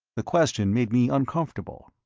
the question made me uncomfortable.